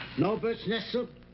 no bird's-nest soup?